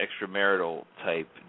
extramarital-type